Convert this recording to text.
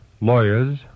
lawyers